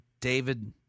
David